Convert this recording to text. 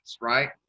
right